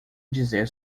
dizer